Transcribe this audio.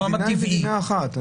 הטבעי --- המדינה היא מדינה אחת.